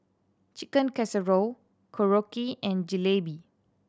Chicken Casserole Korokke and Jalebi